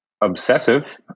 obsessive